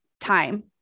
time